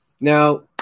Now